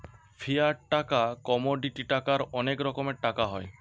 fiat টাকা, commodity টাকার অনেক রকমের টাকা হয়